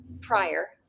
prior